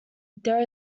there